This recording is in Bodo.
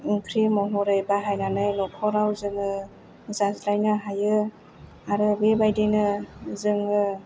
ओंख्रि महरै बाहायनानै नखराव जोङो जाज्लायनो हायो आरो बिबादिनो जोङो